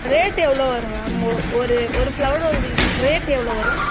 rate எவ்வளோ வரும் ma'am ஒ ஒரு ஒரு ஃப்ளவரோடய ரேட் எவ்வளோ வரும்